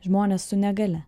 žmonės su negalia